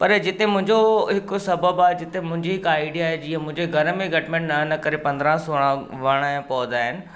पर जिते मुंहिंजो हिकु सबब सां जिते मुंजी हिकु आइडिया आए जीअं मुंहिंजे घर में घटि में न न करे पंद्रहं सोरहं वण ऐं पौधा आहिनि